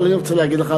אבל אני רוצה להגיד לך,